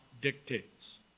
dictates